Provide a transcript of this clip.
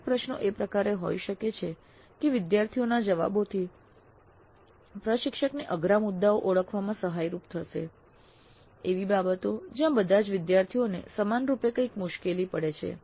કેટલાક પ્રશ્નો એ પ્રકારે હોઈ શકે છે કે વિદ્યાર્થીઓના જવાબોથી પ્રશિક્ષકને અઘરા મુદ્દાઓને ઓળખવામાં સહાયરૂપ થશે એવી બાબતો જ્યાં બધા જ વિદ્યાર્થીઓને સમાનરૂપે કઈં મુશ્કેલી પડે છે